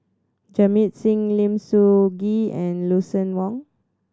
Jamit Singh Lim Soo Ngee and Lucien Wang